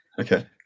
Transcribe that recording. okay